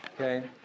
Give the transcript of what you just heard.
okay